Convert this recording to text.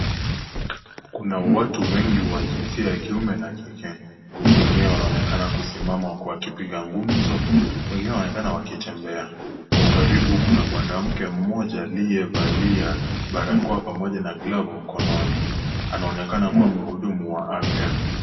Kuna watu wengi wa jinsia ya kiume na kike. Wengine wanaonekana kusimama huku wakipiga gumzo, wengine wakionekana wakitembea. Kwa ukaribu, kuna mwanamke mmoja, aliyevalia barakoa pamoja na glovu mkononi. Anaonekana kuwa, mhudumu wa afya.